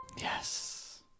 Yes